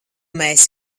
mēs